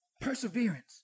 Perseverance